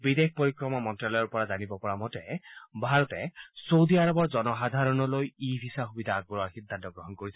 বিদেশ পৰিক্ৰমা মন্তালয়ৰ পৰা জানিব পৰা মতে ভাৰতে চৌদি আৰবৰ জনসাধাৰণলৈ ই ভিছা সুবিধা আগবঢ়োৱাৰ সিদ্ধান্ত গ্ৰহণ কৰিছে